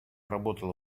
работала